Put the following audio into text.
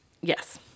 Yes